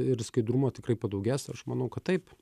ir skaidrumo tikrai padaugės aš manau kad taip